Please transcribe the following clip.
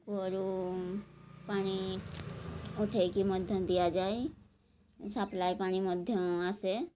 କୂଅରୁ ପାଣି ଉଠେଇକି ମଧ୍ୟ ଦିଆଯାଏ ସପ୍ଲାଏ ପାଣି ମଧ୍ୟ ଆସେ